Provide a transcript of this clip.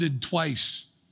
twice